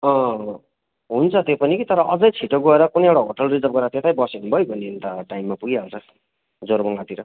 हुन्छ त्यो पनि कि तर अझै छिटो गएर कुनै एउटा होटेल रिजर्भ गरेर त्यतै बस्यो भने भइगयो नि अन्त टाइममा पुगिहाल्छ जोरबङ्गलातिर